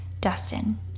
Dustin